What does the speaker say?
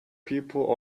people